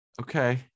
Okay